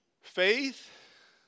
Faith